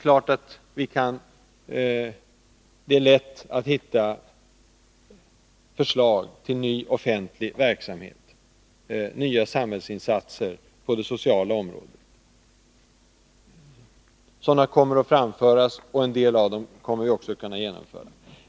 Visst är det lätt att hitta förslag till ny offentlig verksamhet och nya samhällsinsatser på det sociala området. Sådana kommer att framföras, och en del av dem kommer också att kunna genomföras.